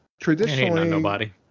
Traditionally